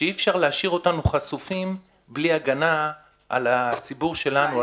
שאי אפשר להשאיר אותנו חשופים בלי הגנה על הציבור שלנו,